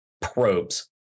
probes